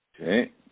Okay